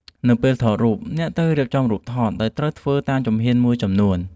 នៅពេលថតរូប អ្នកត្រូវរៀបចំរូបថត ដោយត្រូវធ្វើតាមជំហ៊ានមួយចំនួន។